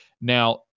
Now